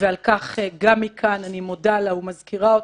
- ועל כך גם מכאן אני מודה לה ומזכירה אותה,